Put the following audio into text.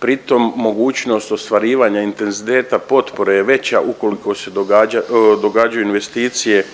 pri tom mogućnost ostvarivanja intenziteta potpore je veća ukoliko se događaju investicije